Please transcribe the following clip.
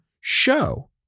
show